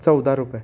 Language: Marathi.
चौदा रुपये